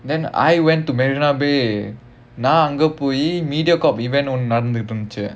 then I went to marina bay நான் அங்க போயி:naan anga poyi Mediacorp event ஒன்னு நடந்துட்டு இருந்துச்சி:onnu nadanthuttu irunthuchi